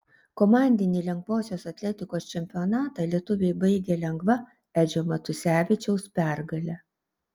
komandinį lengvosios atletikos čempionatą lietuviai baigė lengva edžio matusevičiaus pergale